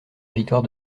victoire